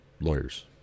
lawyers